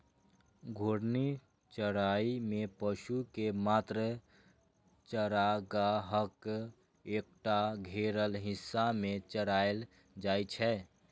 घूर्णी चराइ मे पशु कें मात्र चारागाहक एकटा घेरल हिस्सा मे चराएल जाइ छै